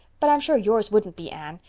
but i'm sure yours wouldn't be, anne,